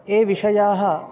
ये विषयाः